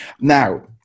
Now